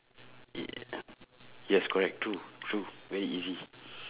yeah yes correct true true very easy